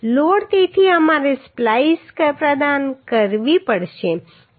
load તેથી અમારે splice પ્રદાન કરવી પડશે